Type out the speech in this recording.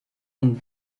und